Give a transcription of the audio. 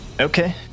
Okay